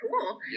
cool